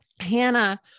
Hannah